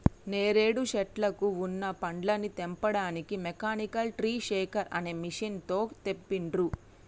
నేరేడు శెట్లకు వున్న పండ్లని తెంపడానికి మెకానికల్ ట్రీ షేకర్ అనే మెషిన్ తో తెంపిండ్రు